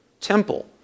temple